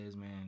man